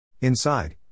Inside